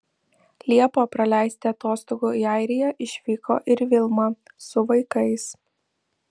liepą praleisti atostogų į airiją išvyko ir vilma su vaikais